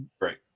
great